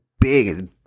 big